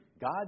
God